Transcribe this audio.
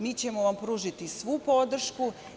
Mi ćemo vam pružiti svu podršku.